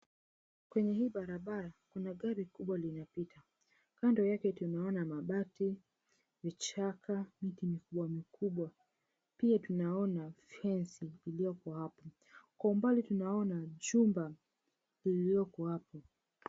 Kwenye hii barabara, kuna gari kubwa linapita. Kando yake tunaona mabati, vichaka, miti mikubwa mikubwa. Pia tunaona fence , iliyoko hapo. Kwa umbali tunaona jumba iliyoko hapo.